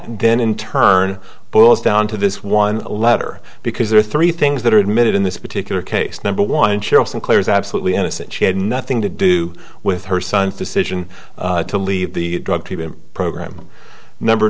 en in turn boils down to this one letter because there are three things that are admitted in this particular case number one cheryl sinclair is absolutely innocent she had nothing to do with her son's decision to leave the drug treatment program number